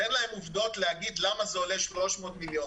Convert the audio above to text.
ואין להם עובדות להגיד למה זה עולה 300 מיליון.